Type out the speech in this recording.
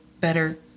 better